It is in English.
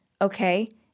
Okay